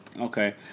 Okay